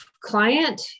client